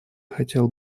хотел